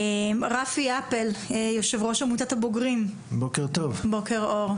רפי אפל, יושב ראש עמותת הבוגרים, בבקשה.